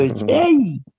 hey